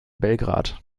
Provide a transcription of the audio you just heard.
belgrad